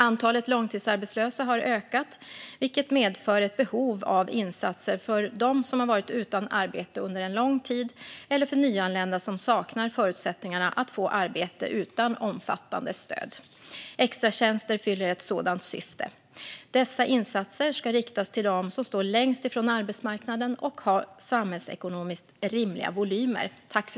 Antalet långtidsarbetslösa har ökat, vilket medför ett behov av insatser för dem som har varit utan arbete under en lång tid eller för nyanlända som saknar förutsättningarna att få arbete utan omfattande stöd. Extratjänster fyller ett sådant syfte. Dessa insatser ska riktas till dem som står längst ifrån arbetsmarknaden och ha samhällsekonomiskt rimliga volymer.